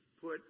put